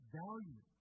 value